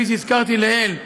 כפי שהזכרתי לעיל,